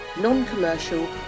non-commercial